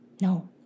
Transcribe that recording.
No